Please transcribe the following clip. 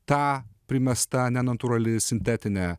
ta primesta nenatūrali sintetinė